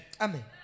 Amen